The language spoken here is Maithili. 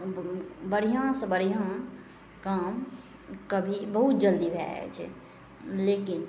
बढ़िआँसे बढ़िआँ काम कभी बहुत जल्दी भए जाइ छै लेकिन